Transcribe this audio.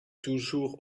toujours